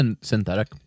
synthetic